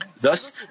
Thus